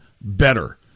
better